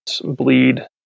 bleed